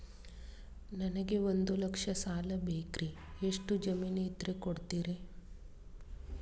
ನನಗೆ ಒಂದು ಲಕ್ಷ ಸಾಲ ಬೇಕ್ರಿ ಎಷ್ಟು ಜಮೇನ್ ಇದ್ರ ಕೊಡ್ತೇರಿ?